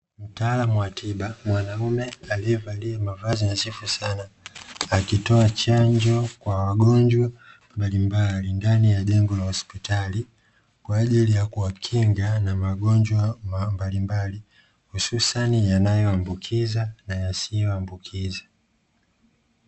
Mtaalamu wa tiba, mwanaume aliyevalia mavazi nadhifu sana, akitoa chanjo kwa wagonjwa mbalimbali ndani ya jengo la hospitali, kwa ajili ya kuwakinga na magonjwa mbalimbali, hususani yanayoambukiza na yasiyoambukiza.